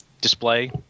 display